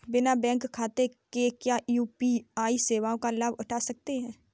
बिना बैंक खाते के क्या यू.पी.आई सेवाओं का लाभ उठा सकते हैं?